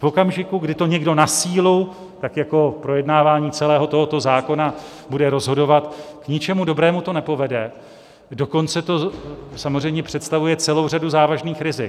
V okamžiku, kdy to někdo na sílu, tak jako projednávání celého tohoto zákona, bude rozhodovat, k ničemu dobrému to nepovede, dokonce to samozřejmě představuje celou řadu závažných rizik.